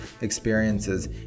experiences